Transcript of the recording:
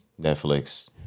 Netflix